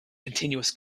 continuous